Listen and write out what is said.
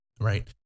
right